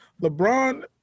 lebron